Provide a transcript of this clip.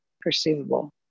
perceivable